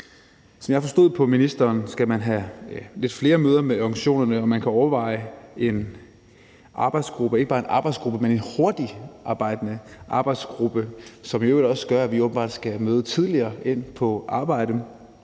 Som jeg forstod ministeren, skal man have lidt flere møder med organisationerne, og man kan overveje ikke bare en arbejdsgruppe, men en hurtigtarbejdende arbejdsgruppe med deltagelse af repræsentanter for organisationerne, som også gør, at vi åbenbart skal møde tidligere ind på arbejde.